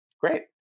Great